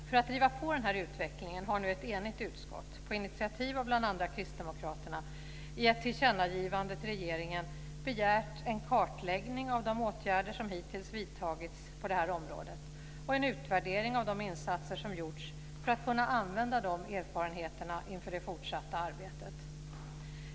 För att driva på utvecklingen har nu ett enigt utskott på initiativ av bl.a. kristdemokraterna i ett tillkännagivande till regeringen begärt en kartläggning av de åtgärder som hittills vidtagits på det här området och en utvärdering av de insatser som gjorts för att kunna använda de erfarenheterna inför det fortsatta arbetet.